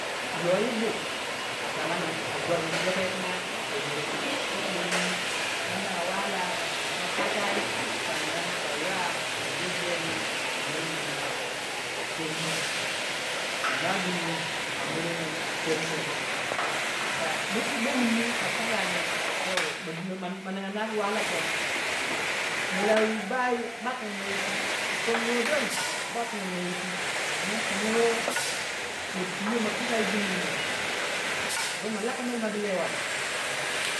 Yo yi bu a jorin ti yoko yitina yi miri koka ma wuni mana manawala makasaye san nan ba ywa ma je jendi a miringi tenmou ma na gundu a miringi teng moun ka ma wuni ma kasa ne toh ma ninga nagu mla wu bai ba kingam no yiti yi pong nou don ba kingam nuwei yiti am man koma wo matwi wei ma kasa yi dimbir moh don malaka melma bu lei wa.